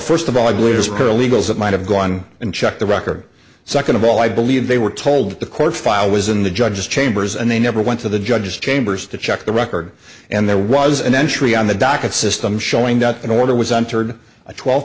first of all it was paralegals that might have gone on and check the record second of all i believe they were told the court file was in the judge's chambers and they never went to the judge's chambers to check the record and there was an entry on the docket system showing that an order was entered a twel